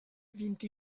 vint